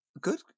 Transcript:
Good